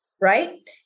right